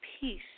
peace